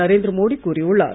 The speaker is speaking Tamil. நரேந்திர மோடி கூறியுள்ளார்